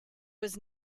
was